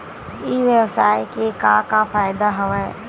ई व्यवसाय के का का फ़ायदा हवय?